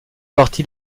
partie